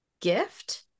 gift